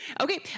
okay